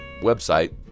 website